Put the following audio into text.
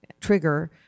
trigger